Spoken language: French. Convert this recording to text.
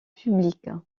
public